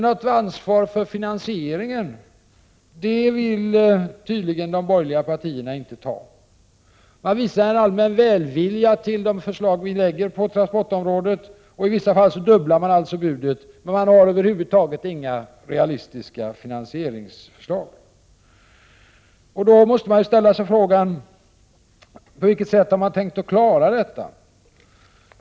Något ansvar för finansieringen vill de borgerliga partierna tydligen inte ta. Man visar en allmän välvilja till de förslag som vi har lagt fram på transportområdet. I vissa fall fördubblar man alltså budet, men man har över huvud taget inga realistiska finansieringsförslag. Då måste vi fråga oss hur man har tänkt sig att klara av detta.